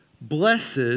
Blessed